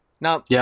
Now